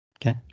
Okay